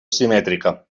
simètrica